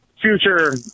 Future